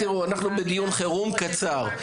תראו, אנחנו בדיון חירום קצר.